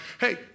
hey